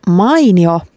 mainio